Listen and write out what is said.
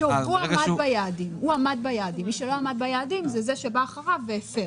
הוא עמד ביעדים ומי שלא עמד ביעדים זה מי שבא אחריו והפר.